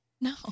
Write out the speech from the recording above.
No